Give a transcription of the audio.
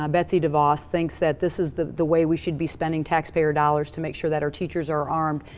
um betsy devos, thinks that this is the the way we should be spending tax payer dollars, to make sure that our teachers are armed,